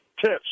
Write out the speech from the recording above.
Tips